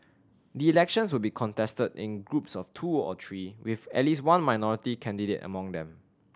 the elections would be contested in groups of two or three with at least one minority candidate among them